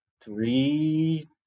three